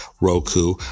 Roku